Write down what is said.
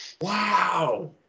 Wow